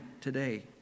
today